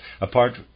Apart